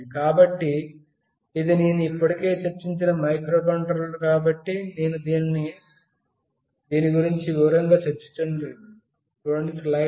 కాబట్టి ఇది నేను ఇప్పటికే చర్చించిన మైక్రోకంట్రోలర్ కాబట్టి నేను దీని గురించి వివరంగా చర్చించడం లేదు